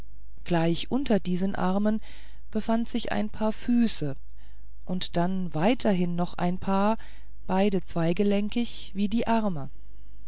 gleich unter diesen armen befand sich ein paar füße und denn weiterhin noch ein paar beide zweigelenkig wie die arme